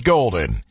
Golden